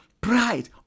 Pride